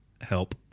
help